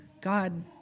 God